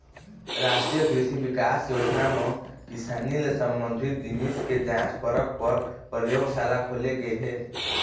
रास्टीय कृसि बिकास योजना म किसानी ले संबंधित जिनिस के जांच परख पर परयोगसाला खोले गे हे